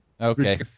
Okay